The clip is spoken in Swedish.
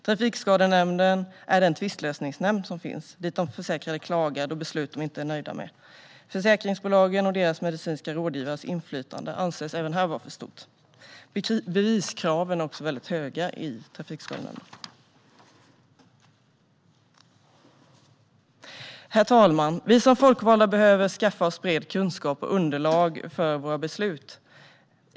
Trafikskadenämnden är den tvistlösningsnämnd som finns, och det är dit de försäkrade överklagar beslut de inte är nöjda med. Försäkringsbolagen och deras medicinska rådgivares inflytande anses även här vara för stort. Beviskraven är också väldigt höga i Trafikskadenämnden. Herr talman! Vi som folkvalda behöver skaffa oss bred kunskap och underlag för våra beslut.